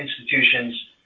institutions